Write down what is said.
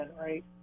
right